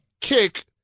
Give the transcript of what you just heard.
kick